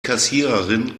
kassiererin